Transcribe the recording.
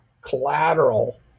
collateral